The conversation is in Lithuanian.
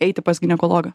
eiti pas ginekologą